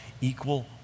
equal